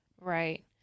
Right